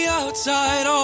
outside